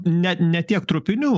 ne ne tiek trupinių